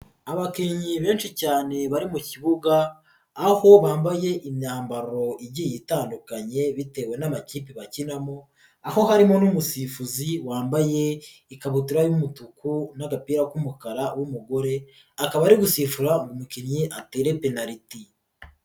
Abakinnyi benshi cyane bari mu kibuga aho bambaye imyambaro igiye itandukanye bitewe n'amakipe bakinamo, aho harimo n'umusifuzi wambaye ikabutura y'umutuku n'agapira k'umukara w'umugore, akaba ari gusifura ngo umukinnyi atere penariti.